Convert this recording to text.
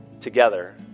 together